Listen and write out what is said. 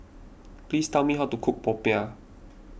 please tell me how to cook Popiah